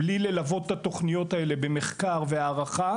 בלי ללוות את התוכניות האלה במחקר והערכה,